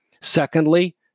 Secondly